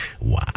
Wow